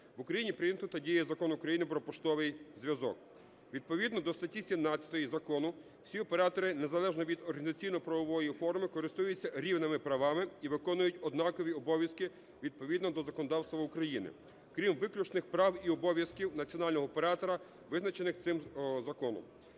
в Україні прийнято та діє Закон України "Про поштовий зв'язок". Відповідно до статті 17 закону всі оператори незалежно від організаційно-правової форми користуються рівними правами і виконують однакові обов'язки, відповідно до законодавства України, крім виключних прав і обов'язків національного оператора, визначених цим законом.